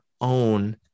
own